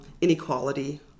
inequality